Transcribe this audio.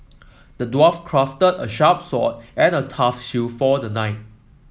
the dwarf crafted a sharp sword and a tough shield for the knight